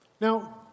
Now